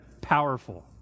powerful